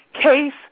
case